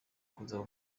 kuzaba